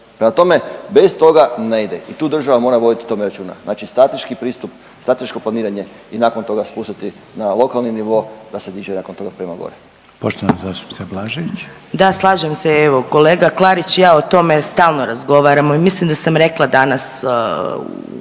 Prema tome, bez toga ne ide i tu država mora voditi o tome računa. Znači strateški pristup, strateško planiranje i nakon toga spustiti na lokalni nivo da se diže nakon toga prema gore. **Reiner, Željko (HDZ)** Poštovana zastupnica Blažević. **Blažević, Anamarija (HDZ)** Da, slažem se. Evo kolega Klarić i ja o tome stalno razgovaramo i mislim da sam rekla danas